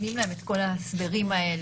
נותנים להם את כל ההסברים האלה,